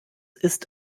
ist